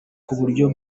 kubyo